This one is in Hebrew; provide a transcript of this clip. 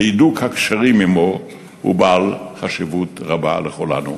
והידוק הקשרים עמו הוא בעל חשיבות רבה לכולנו.